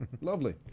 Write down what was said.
Lovely